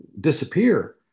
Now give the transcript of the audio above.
disappear